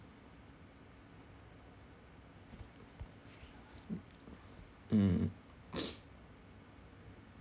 mm